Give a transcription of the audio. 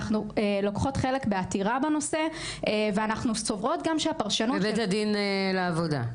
אנחנו לוקחות חלק בעתירה בנושא --- בבית הדין לעבודה?